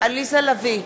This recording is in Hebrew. עליזה לביא,